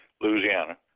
louisiana